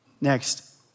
Next